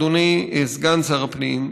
אדוני סגן שר הפנים,